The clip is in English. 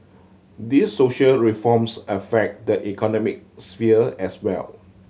these social reforms affect the economic sphere as well